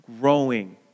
growing